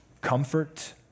comfort